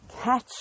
catch